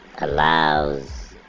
allows